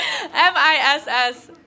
M-I-S-S